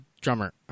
drummer